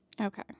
Okay